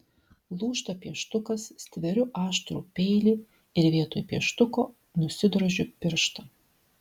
lūžta pieštukas stveriu aštrų peilį ir vietoj pieštuko nusidrožiu pirštą